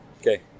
Okay